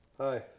Hi